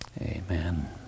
Amen